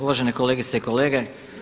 Uvažene kolegice i kolege.